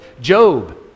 Job